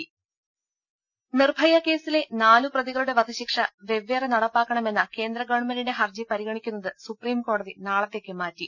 രുമ നിർഭയ കേസിലെ നാലു പ്രതികളുടെ വധശിക്ഷ വെവ്വേറെ നടപ്പാക്കണമെന്ന കേന്ദ്രഗവൺമെന്റിന്റെ ഹർജി പരിഗണിക്കുന്നത് സുപ്രീംകോടതി നാളത്തേക്ക് മാറ്റി